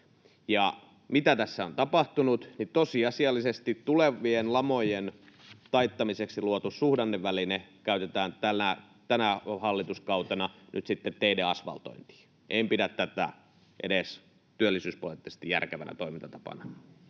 mitä tässä on tapahtunut, niin tosiasiallisesti tulevien lamojen taittamiseksi luotu suhdanneväline käytetään tänä hallituskautena nyt sitten teiden asvaltointiin. En pidä tätä edes työllisyyspoliittisesti järkevänä toimintatapana.